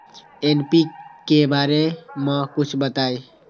NPK बारे म कुछ बताई?